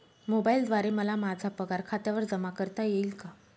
मोबाईलद्वारे मला माझा पगार खात्यावर जमा करता येईल का?